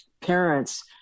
parents